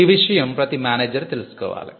ఈ విషయం ప్రతీ మేనేజర్ తెలుసుకోవాలి